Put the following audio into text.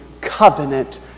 covenant